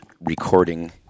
recording